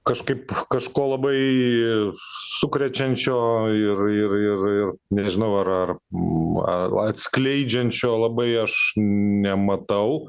kažkaip kažko labai sukrečiančio ir ir ir ir nežinau ar ar ma la skleidžiančio labai aš nematau